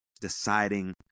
deciding